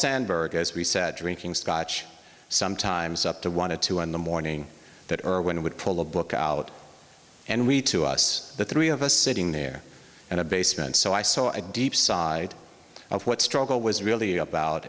sandberg as we said drinking scotch sometimes up to one to two in the morning that are when i would pull the book out and we to us the three of us sitting there in a basement so i saw a deep side of what struggle was really about